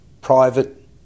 private